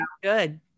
good